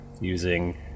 using